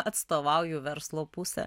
atstovauju verslo pusę